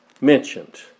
mentioned